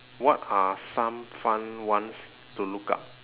what are some fun ones to look up